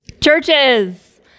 Churches